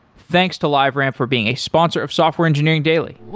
thanks to liveramp for being a sponsor of software engineering daily